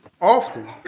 often